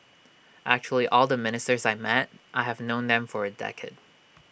actually all the ministers I met I have known them for A decade